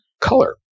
color